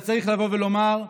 אתה צריך לבוא ולומר: